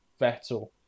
Vettel